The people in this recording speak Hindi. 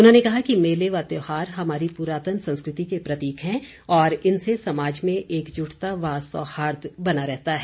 उन्होंने कहा कि मेले व त्यौहार हमारी पुरातन संस्कृति के प्रतीक हैं और इनसे समाज में एकजुटता व सौहार्द बना रहता है